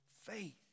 Faith